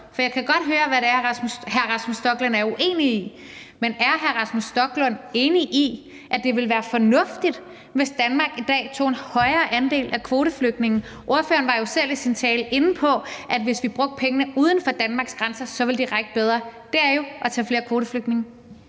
For jeg kan godt høre, hvad hr. Rasmus Stoklund er uenig i. Men er hr. Rasmus Stoklund enig i, at det ville være fornuftigt, hvis Danmark i dag tog en højere andel af kvoteflygtninge? Ordføreren var jo selv i sin tale inde på, at hvis vi brugte pengene uden for Danmarks grænser, så ville de række bedre, og det er jo at tage flere kvoteflygtninge.